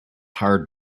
hard